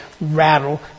Rattle